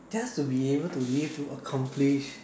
just to be able to live to accomplish